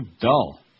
dull